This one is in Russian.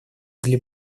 для